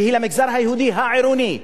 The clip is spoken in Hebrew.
שהיא למגזר היהודי העירוני,